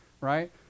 right